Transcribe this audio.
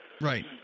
Right